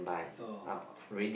oh